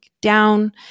down